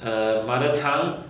err mother tongue